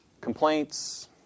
Complaints